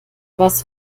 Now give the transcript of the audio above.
was